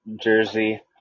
jersey